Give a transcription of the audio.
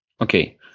Okay